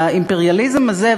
והאימפריאליזם הזה,